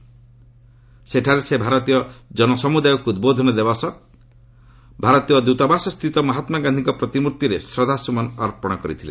ସେ ସେଠାରେ ଭାରତୀୟ ଜନସମୁଦାୟକୁ ଉଦ୍ବୋଧନ ଦେବା ସହ ଭାରତୀୟ ଦୂତାବାସସ୍ଥିତ ମହାତ୍କା ଗାନ୍ଧୀଙ୍କ ପ୍ରତିମୂର୍ତ୍ତୀରେ ଶ୍ରଦ୍ଧାସୁମନ ଅର୍ପଣ କରିଥିଲେ